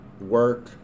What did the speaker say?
work